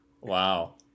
Wow